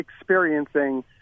experiencing